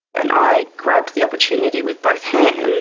and i grabbed the opportunity with both hands